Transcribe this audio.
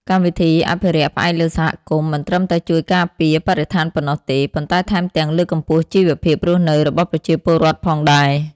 កម្មវិធីអភិរក្សផ្អែកលើសហគមន៍ មិនត្រឹមតែជួយការពារបរិស្ថានប៉ុណ្ណោះទេ ប៉ុន្តែថែមទាំងលើកកម្ពស់ជីវភាពរស់នៅរបស់ប្រជាពលរដ្ឋផងដែរ។